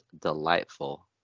delightful